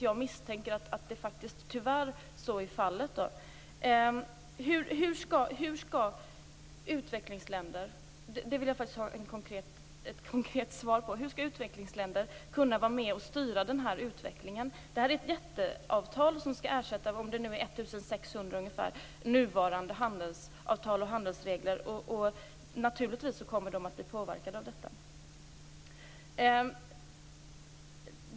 Jag misstänker tyvärr att så är fallet. Hur skall utvecklingsländer kunna vara med och styra den här utvecklingen? Det vill jag faktiskt ha ett konkret svar på. Det här är ett jätteavtal som skall ersätta ca 1 600 nuvarande handelsavtal och handelsregler. De kommer naturligtvis att bli påverkade av detta.